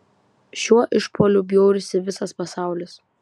šiuo išpuoliu bjaurisi visas pasaulis